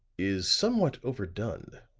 is somewhat overdone.